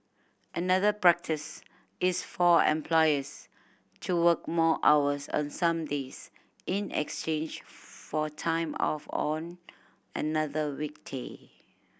another practice is for employees to work more hours on some days in exchange for time off on another weekday